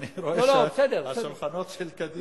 אני רואה שהשולחנות של קדימה,